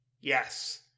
Yes